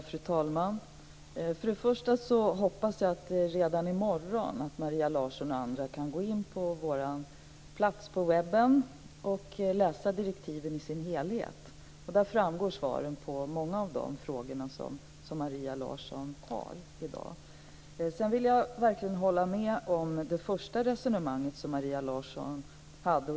Fru talman! Först och främst hoppas jag att Maria Larsson och andra redan i morgon kan gå in på vår plats på webben och läsa direktiven i dess helhet. Där framgår svaren på många av de frågor som Maria Jag vill verkligen hålla med om det första resonemanget som Maria Larsson förde.